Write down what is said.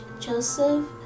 Joseph